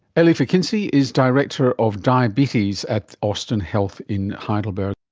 elif ekinci is director of diabetes at austin health in heidelberg